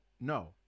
no